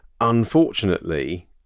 unfortunately